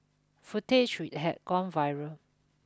footage which had gone viral